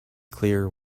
clear